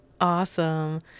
Awesome